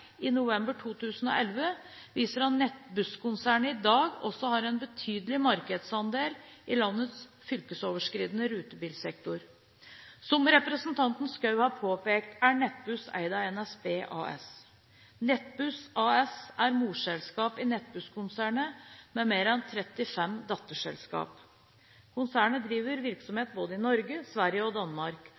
betydelig markedsandel i landets fylkesoverskridende rutebilsektor. Som representanten Schou har påpekt, er Nettbuss eid av NSB AS. Nettbuss AS er morselskap i Nettbusskonsernet med mer enn 35 datterselskaper. Konsernet driver virksomhet både i Norge, Sverige og Danmark.